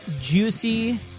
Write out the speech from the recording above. juicy